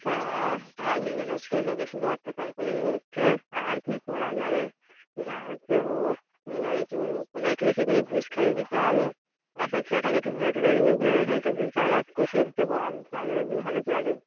হ্যাঁ আর মেয়ে লোকে শুধু অত্যাচার করে যাচ্ছে আর কি করা যাবে যা হচ্ছে হোক ঐ ভাবে চলুক ওদের একটু বেশি করে ঘুষ খাইয়ে দিতে হবে আর সে ছেলেটাকে একটু ধরে টরে নিয়ে খানিকটা দু চার ঘা কষিয়ে দিতে বল তাতে যদি ভালো চলে